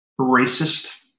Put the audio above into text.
racist